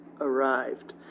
arrived